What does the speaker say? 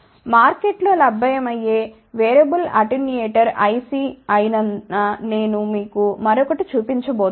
market లో లభ్యమయ్యే variable attenuator IC అయిన నేను మీకు మరొకటి చూపించబోతున్నాను